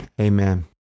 amen